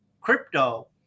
crypto